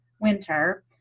winter